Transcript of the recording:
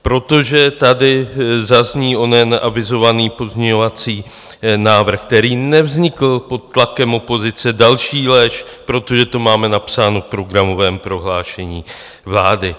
Protože tady zazní onen avizovaný pozměňovací návrh, který nevznikl pod tlakem opozice další lež protože to máme napsáno v programovém prohlášení vlády.